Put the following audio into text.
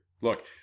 look